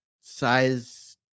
size